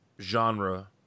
genre